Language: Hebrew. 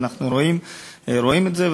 אבל אנחנו רואים את זה,